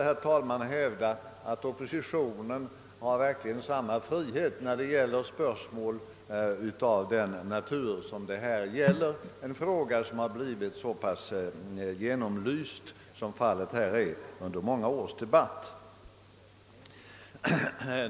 Jag måste hävda att oppositionen verkligen har samma frihet när det gäller en fråga av det här slaget — en fråga som blivit så pass belyst under många års debatt.